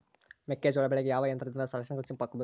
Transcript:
ಮೆಕ್ಕೆಜೋಳ ಬೆಳೆಗೆ ಯಾವ ಯಂತ್ರದಿಂದ ರಾಸಾಯನಿಕಗಳನ್ನು ಹಾಕಬಹುದು?